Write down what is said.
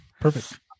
Perfect